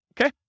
Okay